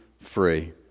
free